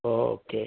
okay